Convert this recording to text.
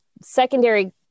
secondary